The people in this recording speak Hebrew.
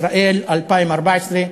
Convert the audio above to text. ישראל 2014,